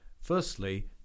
firstly